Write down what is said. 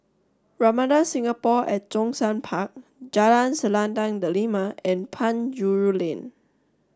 Ramada Singapore at Zhongshan Park Jalan Selendang Delima and Penjuru Lane